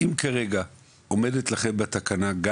לאוקטובר 22, היית חייבת למפעיל על